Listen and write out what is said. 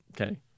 Okay